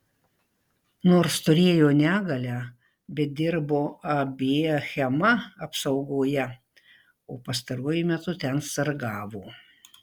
nors turėjo negalią bet dirbo ab achema apsaugoje o pastaruoju metu ten sargavo